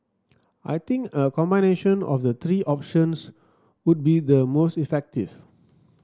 I think a combination of the three options would be the most effective